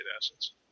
assets